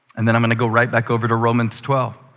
and then i'm going to go right back over to romans twelve.